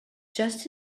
just